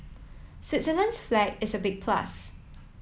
Switzerland's flag is a big plus